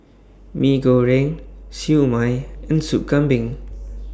Mee Goreng Siew Mai and Sup Kambing